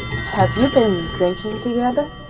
have you been drinking together,